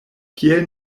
kiel